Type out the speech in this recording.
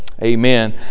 Amen